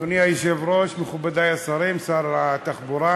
אדוני היושב-ראש, מכובדי השרים, שר התחבורה,